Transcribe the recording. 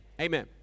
Amen